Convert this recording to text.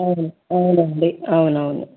అవును అవునండి అవునవును